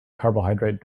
carbohydrate